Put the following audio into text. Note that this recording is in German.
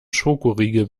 schokoriegel